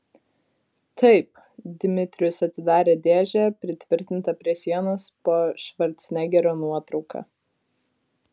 taip dmitrijus atidarė dėžę pritvirtintą prie sienos po švarcnegerio nuotrauka